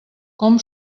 com